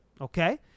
Okay